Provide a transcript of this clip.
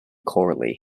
chorley